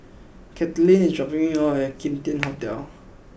Katelynn is dropping me off at Kim Tian Hotel